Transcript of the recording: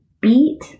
beat